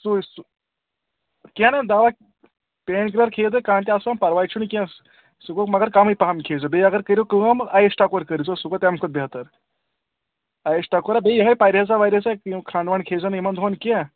سُے سُہ کینٛہہ نہ حظ دَوا پین کِلَر کھیٚیِو تُہۍ کانٛہہ تہِ اَصل پَرواے چھُنہٕ کینٛہہ سُہ گوٚو مگر کَمٕے پَہَم کھے زیو بیٚیہِ اگر کٔرِو کٲم آیِس ٹکور کٔرۍ زیو سُہ گوٚو تَمہِ کھۄتہٕ بہتر آیِس ٹَکورا بیٚیہِ یِہٕے پرہیز ورہیزا یِم کھَنٛڈ وَںڈ کھے زیو نہٕ یِمَن دۄہَن کینٛہہ